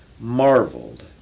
marveled